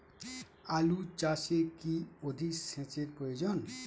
আলু চাষে কি অধিক সেচের প্রয়োজন?